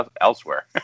elsewhere